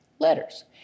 letters